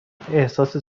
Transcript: احساس